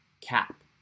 cap